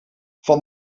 van